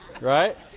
Right